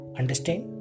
understand